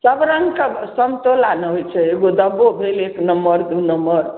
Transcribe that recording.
सब रङ्गके सन्तोला ने होइ छै एगो दबो भेल एक नम्बर दुइ नम्बर